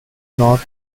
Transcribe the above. not